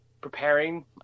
preparing